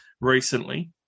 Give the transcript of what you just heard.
recently